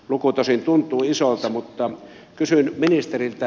luku tosin tuntuu isolta mutta kysyn ministeriltä